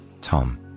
Tom